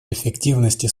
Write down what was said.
эффективности